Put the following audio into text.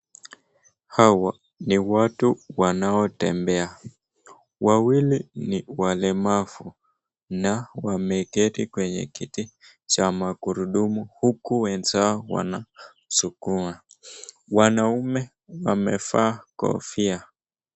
Hawa ni watu wanaotembea. Wawili ni walemavu na wameketi kwenye kiti cha magurudumu huku wenzao wanasukuma. Wanaume wamevaa kofia.